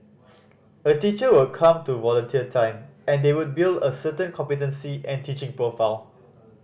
a teacher would come to volunteer time and they build a certain competency and teaching profile